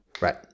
Right